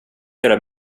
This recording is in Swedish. göra